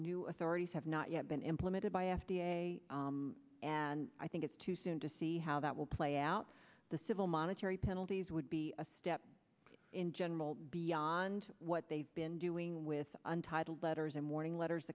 new authorities have not yet been implemented by f d a and i think it's too soon to see how that will play out the civil monetary penalties would be a step in general beyond what they've been doing with untitled letters and warning letters